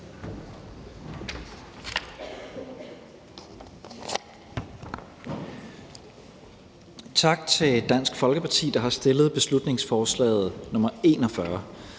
tak til Dansk Folkeparti for at fremsætte beslutningsforslaget. I